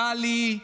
טלי,